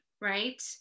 right